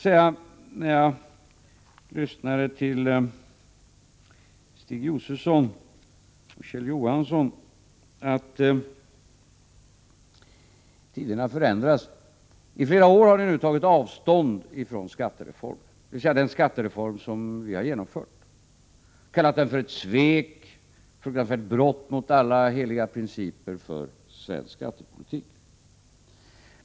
Sedan jag lyssnat till Stig Josefson och Kjell Johansson måste jag konstatera att tiderna förändras. I flera år har ni nu tagit avstånd från den skattereform som vi har genomfört. Ni har kallat den för ett svek och talat om brott mot alla heliga principer för svensk skattepolitik.